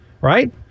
Right